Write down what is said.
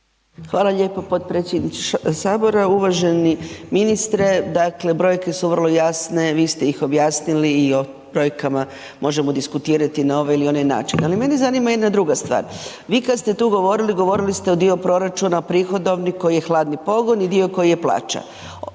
Hvala lijepo potpredsjedniče Sabora. Uvaženi ministre, dakle brojke su vrlo jasne, vi ste ih objasnili i o brojkama možemo diskutirati na ovaj ili onaj način. Ali mene zanima jedna druga stvar, vi kad ste tu govorili, govorili ste o djelu proračuna, prihodovni koji je hladni pogon i dio koji je plaća,